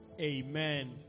Amen